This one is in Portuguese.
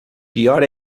pior